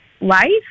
life